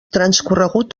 transcorregut